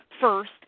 first